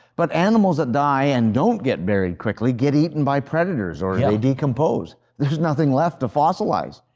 but animals that die and don't get buried quickly get eaten by predators or yeah decompose, there's nothing left to fossilize.